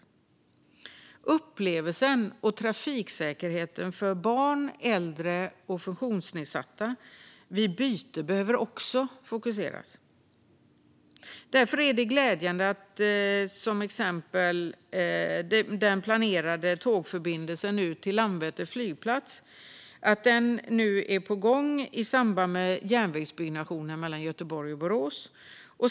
Man behöver också fokusera på upplevelsen och trafiksäkerheten för barn, äldre och funktionsnedsatta vid byte. Därför är det glädjande att till exempel den planerade tågförbindelsen ut till Landvetter flygplats nu är på gång i samband med järnvägsbyggnationen mellan Göteborg och Borås.